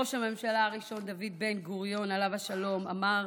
ראש הממשלה הראשון דוד בן-גוריון עליו השלום אמר